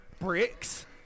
bricks